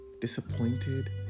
disappointed